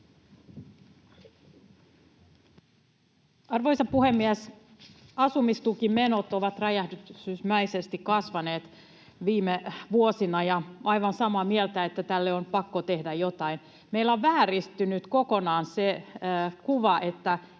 Arvoisa puhemies! Asumistukimenot ovat räjähdysmäisesti kasvaneet viime vuosina. Olen aivan samaa mieltä, että tälle on pakko tehdä jotain. Meillä on vääristynyt kokonaan se kuva, että